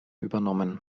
übernommen